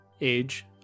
Age